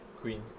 Queen